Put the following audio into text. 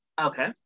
Okay